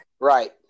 right